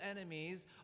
enemies